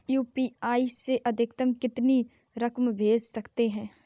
UPI से अधिकतम कितनी रकम भेज सकते हैं?